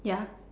ya